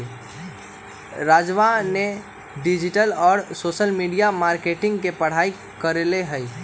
राजवा ने डिजिटल और सोशल मीडिया मार्केटिंग के पढ़ाई कईले है